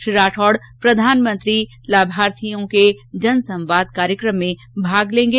श्री राठौड़ प्रधानमंत्री लाभार्थियों के जन संवाद कार्यक्रम में भाग लेंगे